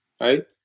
right